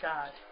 God